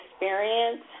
experience